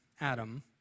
Adam